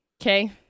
Okay